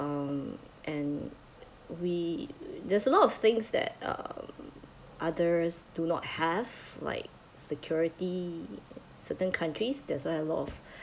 um and we there's a lot of things that um others do not have like security certain countries that's why a lot of